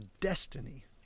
destiny